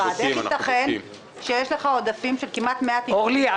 - איך ייתכן שיש לך עודפים של כמעט --- מצד שני,